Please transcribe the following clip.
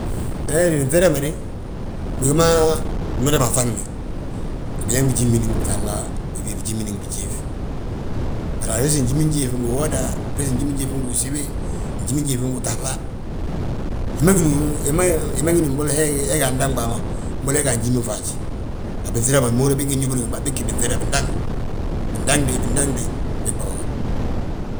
binŧida ma de, bigi ma gloda a ŧagni, biñaŋ bijimin ngi bitahla, uben bijimin ngi bijiif. Bari a resi njiminjiif ngi uwoda, brsei njimin jiif ngu usibi, njiminjiif ngu utahla. Wi ma gíni mbolo hee ga andaŋ hiinda bâa ma, mbolo he ga a njiminfaaj, a binŧida ma, bigi ma húrin yaa ngi bég inyóbodi gimanda bég gí binŧida bindaŋ bindaŋ, bindaŋ de, bég bà gaba.